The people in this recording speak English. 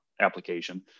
application